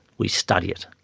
we study it.